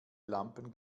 lampen